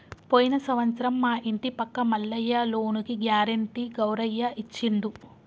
పోయిన సంవత్సరం మా ఇంటి పక్క మల్లయ్య లోనుకి గ్యారెంటీ గౌరయ్య ఇచ్చిండు